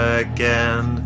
again